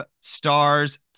stars